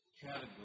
category